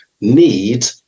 need